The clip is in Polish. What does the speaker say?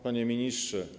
Panie Ministrze!